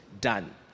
done